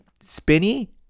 spinny